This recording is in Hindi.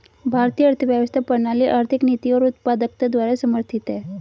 भारतीय अर्थव्यवस्था प्रणाली आर्थिक नीति और उत्पादकता द्वारा समर्थित हैं